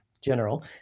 general